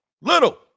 little